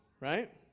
right